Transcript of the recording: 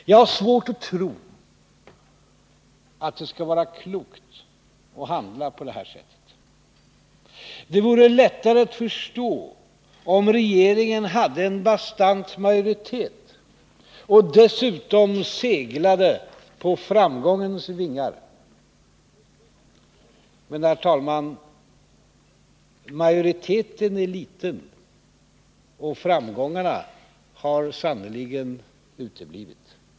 Jag har svårt att tro att det skall vara klokt att handla på det sättet. Det vore lättare att förstå om regeringen hade en bastant majoritet och dessutom seglade på framgångens vingar. Men, herr talman, majoriteten är liten, och framgångarna har sannerligen uteblivit.